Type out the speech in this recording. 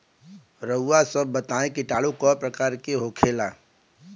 रउआ सभ बताई किटाणु क प्रकार के होखेला?